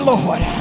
Lord